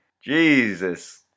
Jesus